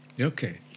okay